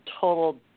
total